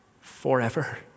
forever